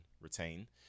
retain